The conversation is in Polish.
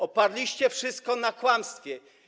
Oparliście wszystko na kłamstwie.